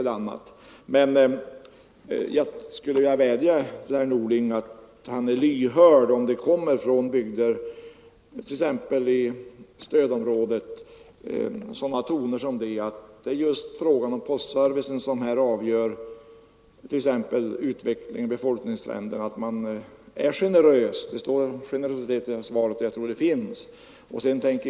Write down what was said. Jag vill emellertid vädja till statsrådet Norling att vara lyhörd och generös om det från bygder i stödområdet kommer sådana tongångar att det just är postservicen som avgör exempelvis befolkningsutvecklingen. Det talas om generositet i svaret och jag tror att den finns.